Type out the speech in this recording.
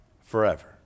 forever